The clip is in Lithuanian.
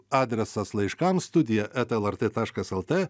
adresas laiškams studija eta lrt taškas lt